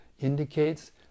indicates